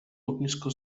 ognisko